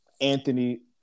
Anthony